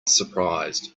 surprised